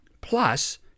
Plus